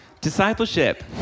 discipleship